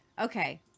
Okay